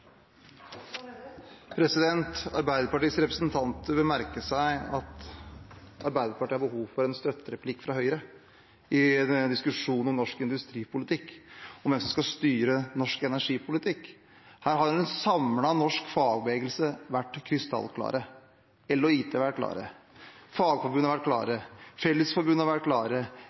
Arbeiderpartiets representanter vil merke seg at Arbeiderpartiet har behov for en støttereplikk fra Høyre i diskusjonen om norsk industripolitikk, om hvem som skal styre norsk energipolitikk. Her har en samlet norsk fagbevegelse vært krystallklare. EL og IT har vært klare, Fagforbundet har vært klare, Fellesforbundet har vært klare,